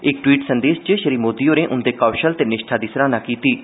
इक द्वीट संदेश च श्री मोदी होरें उन्दे कौशल ते निष्ठा दी सराहना कीती ऐ